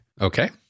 Okay